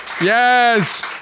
Yes